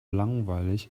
langweilig